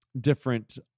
different